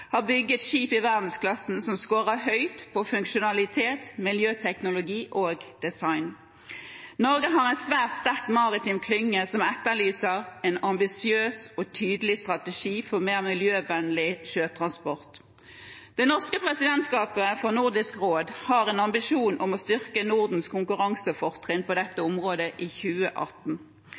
har utviklet og bygd skip i verdensklasse, som skårer høyt på funksjonalitet, miljøteknologi og design. Norge har en svært sterk maritim klynge som etterlyser en ambisiøs og tydelig strategi for mer miljøvennlig sjøtransport. Det norske presidentskapet for Nordisk råd har en ambisjon om å styrke Nordens konkurransefortrinn på dette området i 2018.